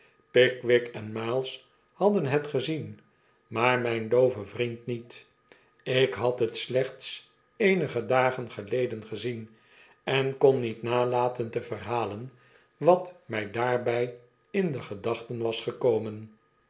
pickwick en miles hadden het gezien maar myn doove vriend niet ik had het slechts eenige dagen geleden gezien en kon niet nalaten te verhalen wat my daarby in de gedachten was gekomen